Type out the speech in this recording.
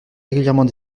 régulièrement